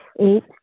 Eight